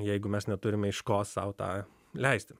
jeigu mes neturime iš ko sau tą leisti